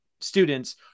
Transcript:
students